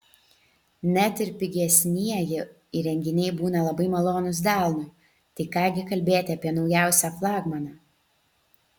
net ir pigesnieji įrenginiai būna labai malonūs delnui tai ką gi kalbėti apie naujausią flagmaną